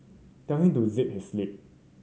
tell him to zip his lip